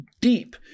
deep –